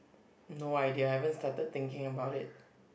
no idea I haven't started thinking about it